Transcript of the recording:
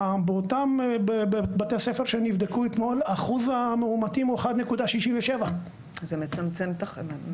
באותם בתי ספר שנבדקו אתמול אחוז המאומתים הוא 1.67%. זה מצמצם תחלואה.